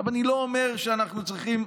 אני לא אומר שאנחנו צריכים,